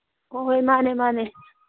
ꯍꯣꯏ ꯍꯣꯏ ꯃꯥꯅꯦ ꯃꯥꯅꯦ